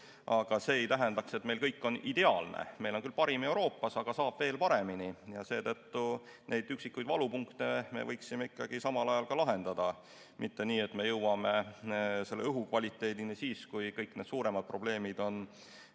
Aga see ei tähenda, et meil oleks kõik ideaalne. Meil on küll parim Euroopas, aga saab veel paremini ja seetõttu neid üksikuid valupunkte me võiksime ikkagi samal ajal lahendada. Mitte nii, et me jõuame õhukvaliteedini siis, kui kõik suuremad probleemid on